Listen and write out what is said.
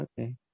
Okay